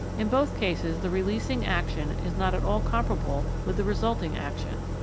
in both cases the releasing action is not at all comparable with the resulting action.